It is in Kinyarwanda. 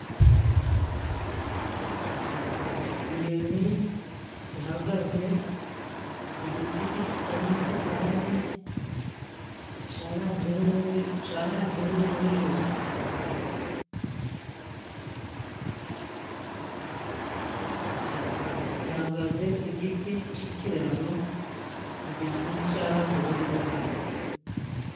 Inyoni ihagaze ku giti gitemye kiryamye cyaranzeho n'uruyuzi. Ihagaze ku giti cy'ikiraro kiryamye cyaranzeho n'uruyuzi.